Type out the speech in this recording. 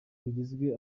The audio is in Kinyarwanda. bigizwe